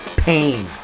Pain